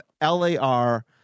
L-A-R